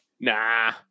nah